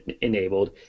enabled